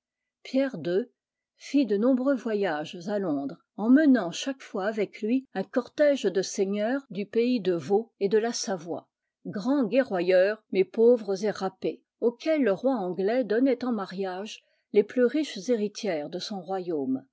pierre ii fit de nombreux voyages à londres emmenant chaque fois avec lui un cortège de seigneurs du pays de caux et de la savoie grands guerroyeurs mais pauvres et râpés auxquels le roi anglais donnait en mariage les plus riches héritières de son royaume